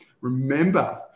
remember